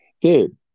Dude